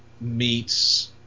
meets